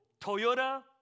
Toyota